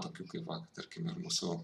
tokių kaip va tarkime ir mūsų